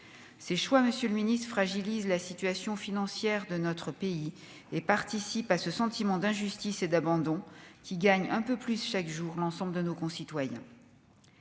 Ministre, fragilise la situation financière de notre pays et participe à ce sentiment d'injustice et d'abandon qui gagne un peu plus chaque jour l'ensemble de nos concitoyens,